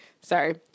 sorry